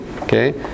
okay